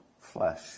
flesh